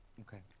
okay